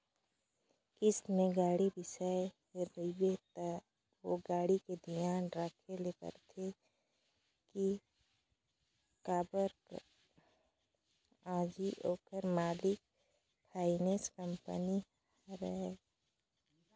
किस्ती में गाड़ी बिसाए रिबे त ओ गाड़ी के धियान राखे ल परथे के काबर कर अझी ओखर मालिक फाइनेंस कंपनी हरय